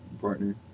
partner